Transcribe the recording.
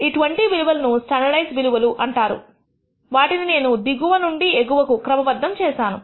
ఈ 20 విలువలను స్టాండర్డైస్డ్ విలువలు అంటారు వాటిని నేను దిగువ నుండి ఎగువకు క్రమబద్ధం చేశాను